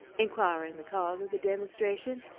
inquiring the cause of the demonstration,